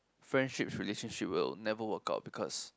friendships relationship will never work out because